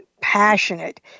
passionate